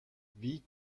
wie